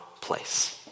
place